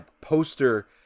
poster